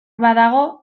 badago